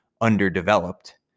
underdeveloped